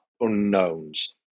unknowns